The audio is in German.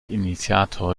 initiator